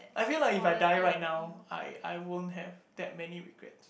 I feel like if I die right now I I won't have that many regrets